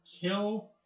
Kill